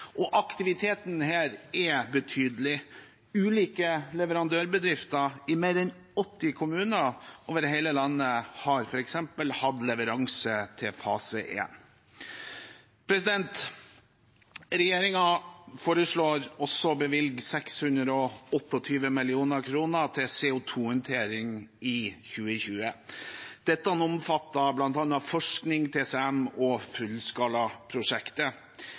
og aktiviteten her er betydelig. Ulike leverandørbedrifter i mer enn 80 kommuner over hele landet har f.eks. hatt leveranse til fase 1. Regjeringen foreslår også å bevilge 628 mill. kr til CO 2 -håndtering i 2020. Dette omfatter bl.a. forskning, TCM og fullskalaprosjektet.